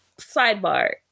sidebar